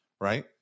Right